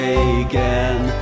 again